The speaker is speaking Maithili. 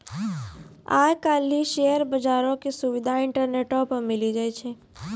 आइ काल्हि शेयर बजारो के सुविधा इंटरनेटो पे मिली जाय छै